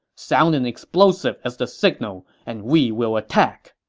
sound an explosive as the signal, and we will attack.